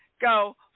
go